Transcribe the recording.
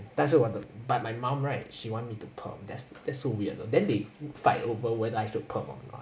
但是我的 but my mom right she want me to perm that's that's so weird know then they fight over whether I should perm or not